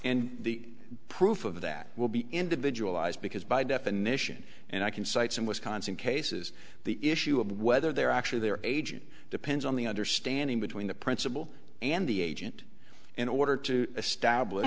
and the proof of that will be individualized because by definition and i can cite some wisconsin cases the issue of whether they're actually their agent depends on the understanding between the principal and the agent in order to establish